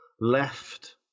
left